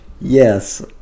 Yes